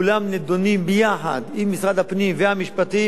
כולן נדונות יחד עם משרד הפנים והמשפטים,